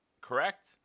Correct